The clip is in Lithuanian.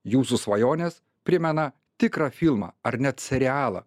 jūsų svajonės primena tikrą filmą ar net serialą